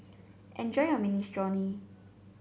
enjoy your Minestrone